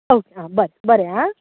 okay आ बरें बरें आ